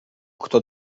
kto